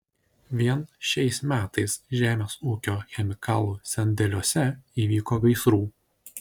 vien šiais metais žemės ūkio chemikalų sandėliuose įvyko gaisrų